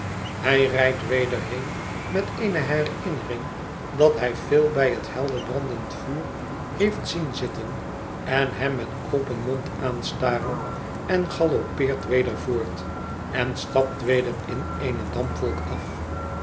hij rijdt weder heen met eene herinnering dat hij phil bij het helder brandend vuur heeft zien zitten en hem met open mond aanstaren en galoppeert weder voort en stapt weder in eene dampwolk af